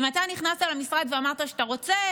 אם אתה נכנסת למשרד ואמרת שאתה רוצה